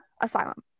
asylum